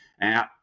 Now